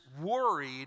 worried